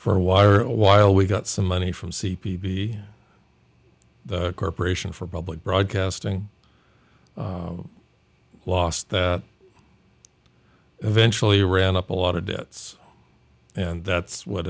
for wire and while we got some money from c p b the corporation for public broadcasting lost that eventually ran up a lot of debts and that's what